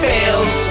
Fails